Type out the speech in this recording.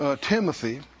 Timothy